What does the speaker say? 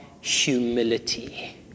humility